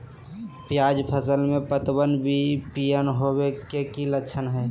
प्याज फसल में पतबन पियर होवे के की लक्षण हय?